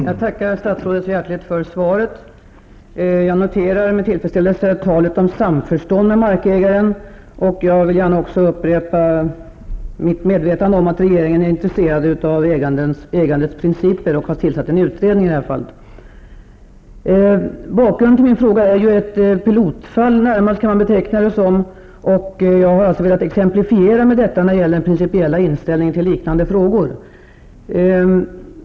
Herr talman! Jag tackar statsrådet så hjärtligt för svaret. Jag noterar med tillfredsställelse talet om samförstånd med markägaren. Jag vill också säga att jag är medveten om att regeringen är intresserad av ägandets principer och har tillsatt en utredning i detta fall. Bakgrunden till min fråga är närmast ett pilotfall, och jag har velat exemplifiera med detta när det gäller den principiella inställningen till liknande frågor.